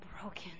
broken